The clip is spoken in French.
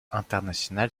international